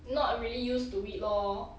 not really used to it lor